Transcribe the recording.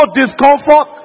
discomfort